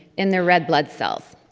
in their red blood cells.